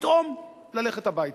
פתאום ללכת הביתה.